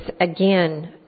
again